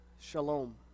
shalom